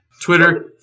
Twitter